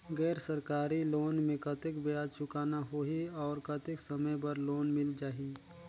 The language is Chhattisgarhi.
गैर सरकारी लोन मे कतेक ब्याज चुकाना होही और कतेक समय बर लोन मिल जाहि?